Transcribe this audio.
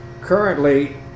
currently